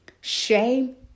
Shame